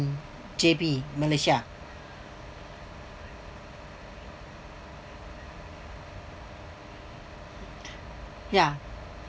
J_B malaysia ya